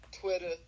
Twitter